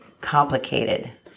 complicated